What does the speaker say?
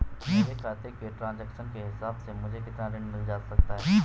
मेरे खाते के ट्रान्ज़ैक्शन के हिसाब से मुझे कितना ऋण मिल सकता है?